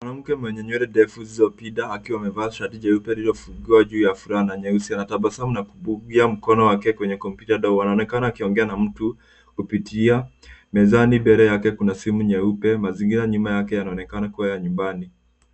Mwanamke mwenye nywele ndefu zilizopinda akiwa amevaa shati jeupe lililofungiwa juu ya fulana nyeusi. Anatabasamu na kubugia mkono wake kwenye kompyuta ndogo. Anaonekana akiongea na mtu kupitia mezani mbele yake kuna simu nyeupe. Mazingira nyuma yake yanaonekana kuwa ya nyumbani.